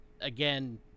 again